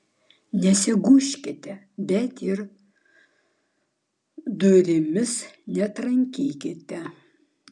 nesigūžkite bet ir durimis netrankykite